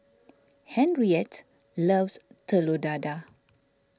Henriette loves Telur Dadah